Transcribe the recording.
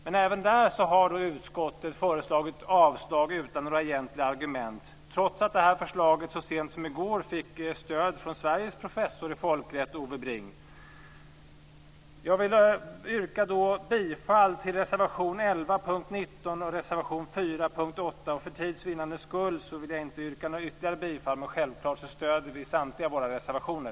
Men även där har utskottet föreslagit avslag utan några egentliga argument, trots att det här förslaget så sent som i går fick stöd från Sveriges professor i folkrätt Ove Jag vill yrka bifall till reservation 11 under punkt 19 och reservation 4 under punkt 8. För tids vinnande vill jag inte yrka något ytterligare bifall, men självklart stöder vi samtliga våra reservationer.